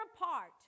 apart